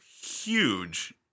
huge